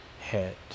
head